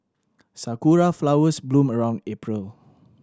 sakura flowers bloom around April